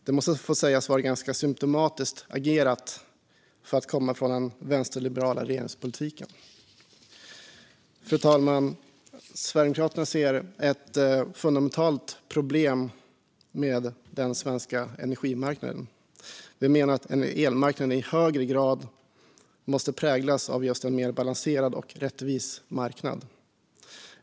Det måste få sägas vara ganska symtomatiskt agerat för att komma från den vänsterliberala regeringspolitiken. Fru talman! Sverigedemokraterna ser ett fundamentalt problem med den svenska energimarknaden. Vi menar att elmarknaden i högre grad måste präglas av en mer balanserad och rättvis marknad.